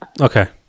Okay